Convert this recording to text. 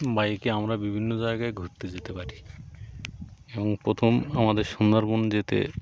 বাইকে আমরা বিভিন্ন জায়গায় ঘুরতে যেতে পারি এবং প্রথম আমাদের সুন্দরবন যেতে